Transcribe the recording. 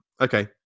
okay